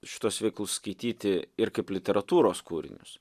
šituos veikalus skaityti ir kaip literatūros kūrinius